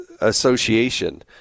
Association